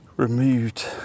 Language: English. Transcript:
removed